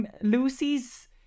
Lucy's